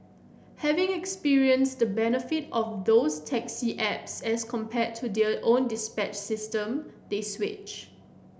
having experienced the benefits of those taxi apps as compared to their own dispatch system they switch